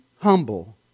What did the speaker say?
humble